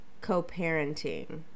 co-parenting